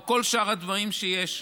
או כל שאר הדברים שיש,